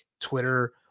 Twitter